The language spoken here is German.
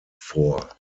vor